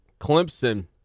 Clemson